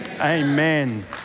Amen